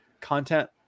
content